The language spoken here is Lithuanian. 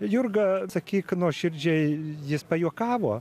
jurga sakyk nuoširdžiai jis pajuokavo